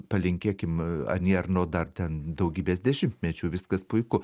palinkėkim ani erno dar ten daugybės dešimtmečių viskas puiku